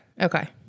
Okay